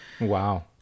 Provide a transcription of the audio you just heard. Wow